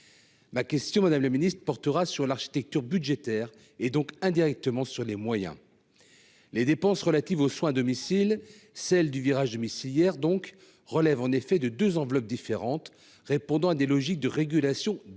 Ma question, madame la ministre, portera sur l'architecture budgétaire, et donc, indirectement, sur les moyens. Les dépenses relatives aux soins à domicile, à savoir celles du virage domiciliaire, relèvent de deux enveloppes différentes, répondant à des logiques de régulation différentes